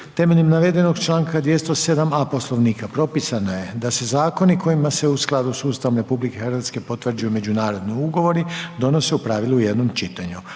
Temeljem navedenog članaka 207. A. poslovnika, propisano je da se zakonom, kojima se u skladu s Ustavom RH, potvrđuju međunarodni ugovori, donose u pravilu u jednom čitanju.